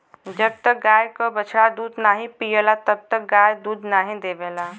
जब तक गाय क बछड़ा दूध नाहीं पियला तब तक गाय दूध नाहीं देवला